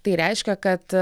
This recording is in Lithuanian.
tai reiškia kad